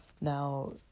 Now